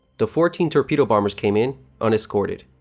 the fourteen torpedo-bombers came in unescorted.